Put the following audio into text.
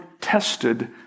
tested